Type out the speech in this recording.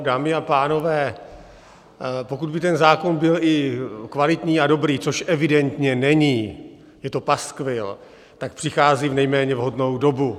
Dámy a pánové, pokud by ten zákon byl i kvalitní a dobrý, což evidentně není, je to paskvil, tak přichází v nejméně vhodnou dobu.